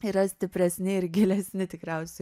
yra stipresni ir gilesni tikriausiai